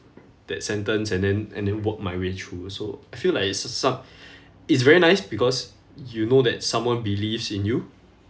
that sentence and then and then worked my way through so I feel like it's a so~ it's very nice because you know that someone believes in you